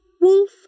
wolf